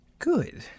Good